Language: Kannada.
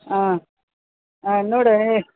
ಹಾಂ ಹಾಂ ನೋಡೋ ಹೇ